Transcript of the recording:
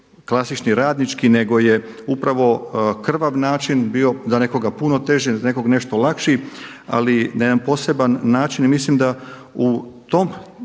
klasični radnički nego je upravo krvav način bio, za nekoga puno teže, za nekog nešto lakši ali na jedan poseban način. I mislim da u tom